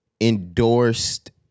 endorsed